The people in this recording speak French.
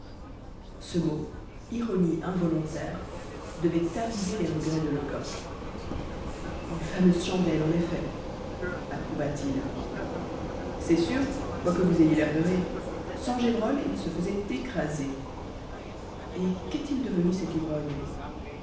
ce mot ironie involontaire devait aviver les regrets de lecoq une fameuse chandelle en effet approuva t il c'est sûr quoique vous ayez l'air de rire sans gévrol il se faisait écraser et qu'est-il devenu cet ivrogne